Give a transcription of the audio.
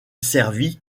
servit